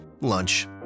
lunch